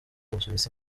busuwisi